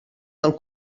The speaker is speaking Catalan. del